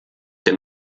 der